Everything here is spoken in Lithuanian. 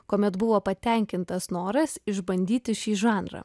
kuomet buvo patenkintas noras išbandyti šį žanrą